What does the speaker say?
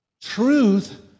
truth